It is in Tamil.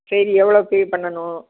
சரி எவ்வளோ பே பண்ணணும்